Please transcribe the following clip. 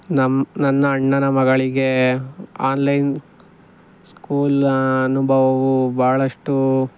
ನಮ್ಮ ನನ್ನ ಅಣ್ಣನ ಮಗಳಿಗೆ ಆನ್ಲೈನ್ ಸ್ಕೂಲ್ ಅನುಭವವೂ ಭಾಳಷ್ಟು